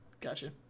Gotcha